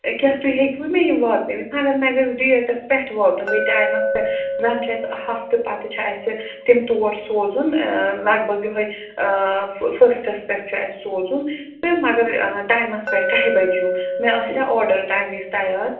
کیٛاہ تُہۍ ہیٚکوٕ مےٚ یِم واتنٲیِتھ مگر گَژھِ ڈیٹس پٮ۪ٹھ واتُن بیٚیہِ ٹایمس پٮ۪ٹھ ونۍ چھِ اَسہِ ہفتہٕ پتہٕ چھِ اَسہِ تور سوزُن لگ بگ یِہوے فٔسٹس پٮ۪ٹھ چھُ اَسہِ سوزُن تہٕ مگر ٹایمس پٮ۪ٹھ کاہہِ بج ہیو مےٚ آسیا آرڈر تَمہِ وِزِ تیار